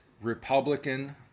Republican